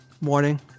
Morning